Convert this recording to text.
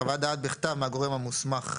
חוות דעת בכתב מהגורם המוסמך,